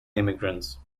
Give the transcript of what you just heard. immigrants